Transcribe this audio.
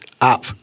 up